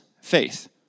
faith